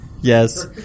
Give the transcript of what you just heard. Yes